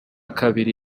kabiri